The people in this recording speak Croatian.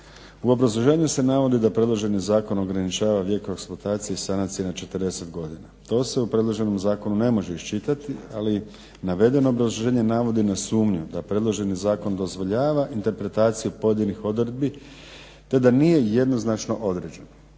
U obrazloženju se navodi da predloženi zakon ograničava vijek eksploatacije i sanacije na 40 godina. To se u predloženom zakonu ne može iščitati, ali navedeno obrazloženje navodi na sumnju da predloženi zakon dozvoljava interpretaciju pojedinih odredbi te da nije jednoznačno određen.